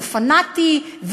הוא פנאטי,